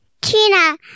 Tina